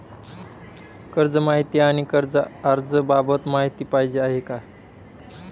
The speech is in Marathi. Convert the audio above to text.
कर्ज माहिती आणि कर्ज अर्ज बाबत माहिती पाहिजे आहे